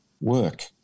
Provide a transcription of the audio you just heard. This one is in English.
work